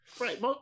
Right